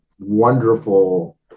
Wonderful